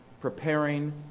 preparing